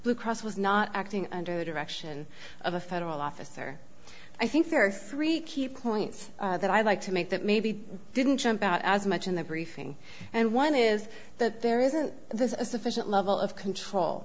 blue cross was not acting under the direction of a federal officer i think there are three key points that i'd like to make that maybe didn't jump out as much in the briefing and one is that there isn't there's a sufficient level of control